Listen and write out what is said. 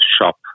shop